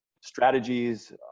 strategies